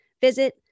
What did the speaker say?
visit